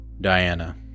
Diana